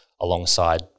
alongside